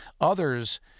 others